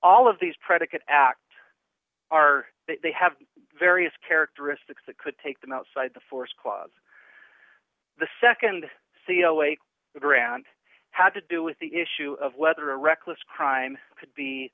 all of these predicate act are they have various characteristics that could take them outside the forest clause the nd c l a grant had to do with the issue of whether a reckless crime could be